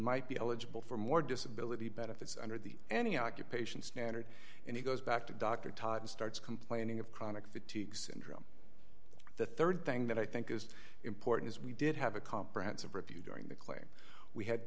might be eligible for more disability benefits under the any occupation standard and he goes back to dr todd starts complaining of chronic fatigue syndrome the rd thing that i think is important is we did have a comprehensive review during the claim we had